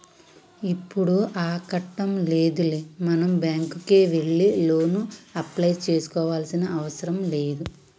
ఇప్పుడు ఆ కట్టం లేదులే మనం బ్యాంకుకే వెళ్లి లోను అప్లై చేసుకోవాల్సిన అవసరం లేదు